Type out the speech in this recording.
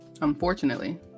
Unfortunately